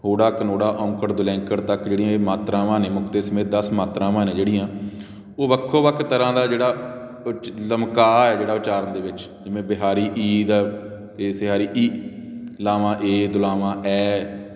ਹੋੜਾ ਕਨੋੜਾ ਔਂਕੜ ਦੁਲੈਂਕੜ ਤੱਕ ਜਿਹੜੀਆਂ ਇਹ ਮਾਤਰਾਵਾਂ ਨੇ ਮੁਕਤੇ ਸਮੇਤ ਦਸ ਮਾਤਰਾਵਾਂ ਨੇ ਜਿਹੜੀਆਂ ਉਹ ਵੱਖੋ ਵੱਖ ਤਰ੍ਹਾਂ ਦਾ ਜਿਹੜਾ ਉਹ 'ਚ ਲਮਕਾ ਆ ਜਿਹੜਾ ਉਚਾਰਨ ਦੇ ਵਿੱਚ ਜਿਵੇਂ ਬਿਹਾਰੀ ਈ ਦਾ ਅਤੇ ਸਿਹਾਰੀ ਈ ਲਾਵਾਂ ਏ ਦੁਲਾਵਾਂ ਐ